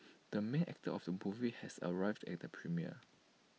the main actor of some movie has arrived at the premiere